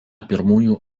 pirmųjų